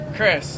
Chris